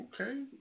Okay